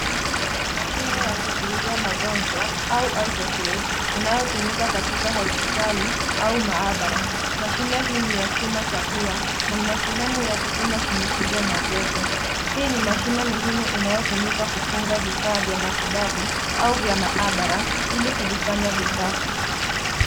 Mashine ya kuzuia magonjwa au autoplay inayotumika katika hospitali au maabara. Mashine hii ni ya chuma cha pua na ina sehemu ya kupima shinikizo na joto. Hii ni mashine muhimu inayotumika kufunga vifaa vya matibabu au vya maabara ili kuvifanya visafi.